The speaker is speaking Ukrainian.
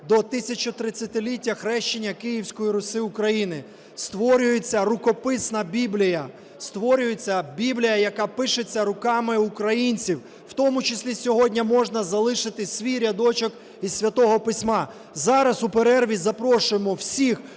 до 1030-ліття Хрещення Київської Русі-України. Створюється рукописна Біблія, створюється Біблія, яка пишеться руками українців. В тому числі сьогодні можна залишити свій рядочок із Святого Письма. Зараз у перерві запрошуємо всіх,